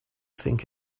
think